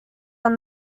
are